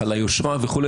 על היושרה וכו',